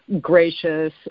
gracious